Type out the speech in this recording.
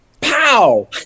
Pow